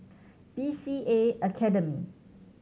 B C A Academy